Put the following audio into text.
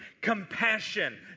compassion